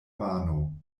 mano